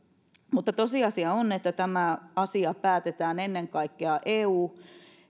mutta tosiasia on että tämä asia päätetään ennen kaikkea